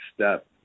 step